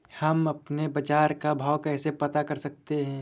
हम अपने बाजार का भाव कैसे पता कर सकते है?